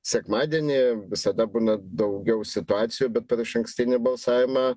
sekmadienį visada būna daugiau situacijų bet per išankstinį balsavimą